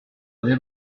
les